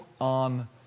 on